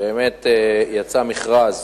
באמת יצא מכרז